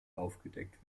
aufgedeckt